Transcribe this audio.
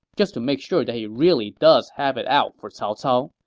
just to make sure that he really does have it out for cao cao.